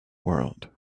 world